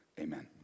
amen